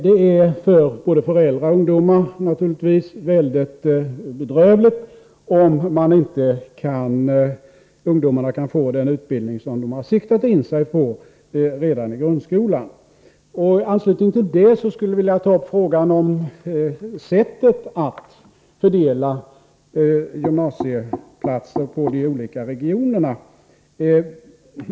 Det är ju för både föräldrar och ungdomar bedrövligt om ungdomarna inte kan få den utbildning som de har siktat in sig på redan i grundskolan. I anslutning till detta skulle jag också vilja ta upp frågan om sättet att fördela gymnasieplatser på de olika regionerna.